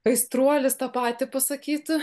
aistruolis tą patį pasakytų